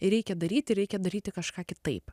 ir reikia daryti reikia daryti kažką kitaip